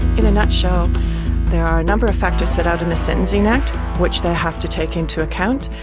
in a nutshell there are a number of factors set out in the sentencing act which they have to take into account.